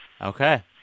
Okay